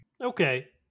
Okay